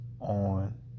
on